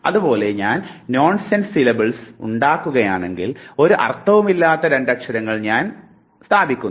അതുപോലെ ഞാൻ nonsense syllables ഉണ്ടാക്കുകയാണെങ്കിൽ ഒരു അർത്ഥവുമില്ലാത്ത രണ്ടു അക്ഷരങ്ങൾ ഞാൻ സ്ഥാപിക്കുന്നു